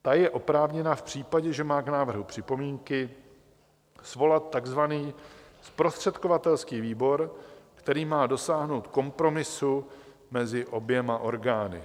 Ta je oprávněna v případě, že má k návrhu připomínky, svolat takzvaný zprostředkovatelský výbor, který má dosáhnout kompromisu mezi oběma orgány.